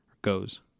Goes